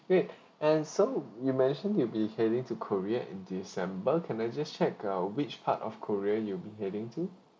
great and so you mentioned you'll be heading to korea in december can I just check uh which part of korea you'll be heading to